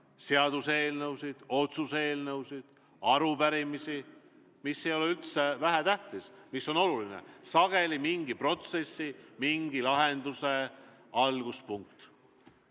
seaduseelnõusid, otsuse eelnõusid ja arupärimisi, mis ei ole üldse vähetähtis. See on oluline ja sageli mingi protsessi, mingi lahenduse alguspunkt.